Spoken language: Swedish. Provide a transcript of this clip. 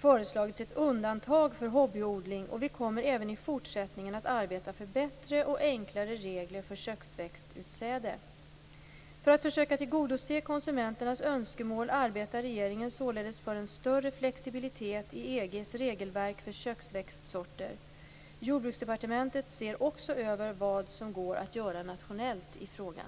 föreslagit ett undantag för hobbyodling, och vi kommer även i fortsättningen att arbeta för bättre och enklare regler för köksväxtutsäde. För att försöka tillgodose konsumenternas önskemål arbetar regeringen således för en större flexibilitet i EG:s regelverk för köksväxtsorter. Jordbruksdepartementet ser också över vad som går att göra nationellt i frågan.